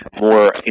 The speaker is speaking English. more